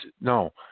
no